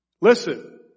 Listen